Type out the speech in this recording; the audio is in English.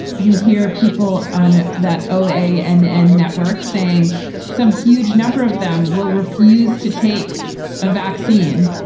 you hear people on that. okay. and and networks saying some huge number of them will refuse to take a vaccine,